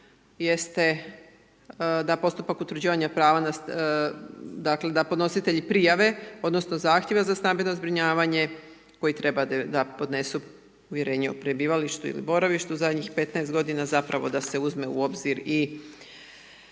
jeste da postupak utvrđivanja prava, dakle da podnositelji prijave odnosno zahtjeva za stambeno zbrinjavanje koji treba da podnesu uvjerenje o prebivalištu ili boravištu zadnjih 15 godina zapravo da se uzme u obzir i